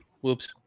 whoops